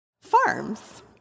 farms